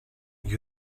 you